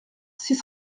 six